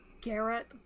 Garrett